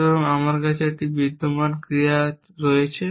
সুতরাং আমার কাছে একটি বিদ্যমান ক্রিয়া রয়েছে